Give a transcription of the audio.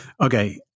okay